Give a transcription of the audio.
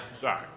Sorry